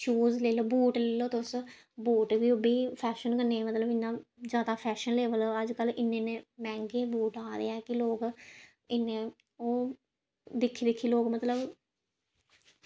shoes लेई लैओ boot लेई लैओ तुस बूट बी ओह् बी फैशन कन्नै मतलब इ'यां जादा फैशन लैवल अज्ज कल इन्ने इन्ने मैंह्गे बूट आ दे ऐ कि लोक इन्ने ओह् दिक्खी दिक्खी लोक मतलब